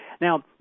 Now